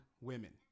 women